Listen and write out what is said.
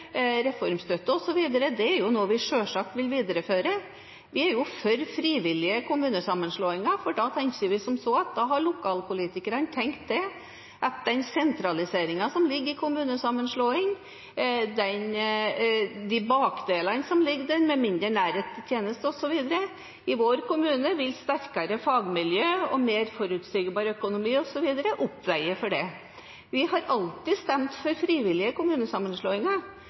reformstøtte osv., er noe vi selvsagt vil videreføre. Vi er for frivillige kommuneslåinger, for da tenker vi at da har lokalpolitikerne tenkt at sentraliseringen som ligger i kommunesammenslåing, de ulempene som ligger der, med mindre nærhet til tjenestene osv. i kommunen, vil sterkere fagmiljø og mer forutsigbar økonomi osv. veie opp for. Vi har alltid stemt for frivillige kommunesammenslåinger.